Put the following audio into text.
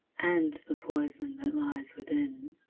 and the poison that lies within.